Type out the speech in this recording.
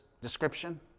description